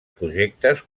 projectes